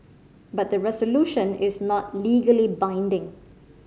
but the resolution is not legally binding